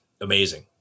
amazing